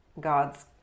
gods